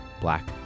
Black